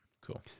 Cool